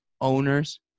owners